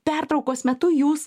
pertraukos metu jūs